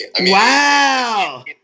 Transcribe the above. Wow